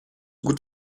gut